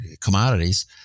commodities